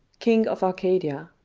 king of arcadia,